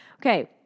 Okay